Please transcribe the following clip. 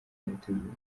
yateguwe